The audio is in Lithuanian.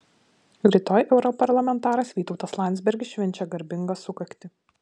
rytoj europarlamentaras vytautas landsbergis švenčia garbingą sukaktį